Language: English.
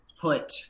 put